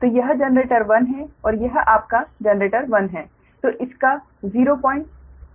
तो यह जनरेटर 1 है और यह आपका जनरेटर 1 है